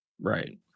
Right